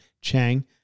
chang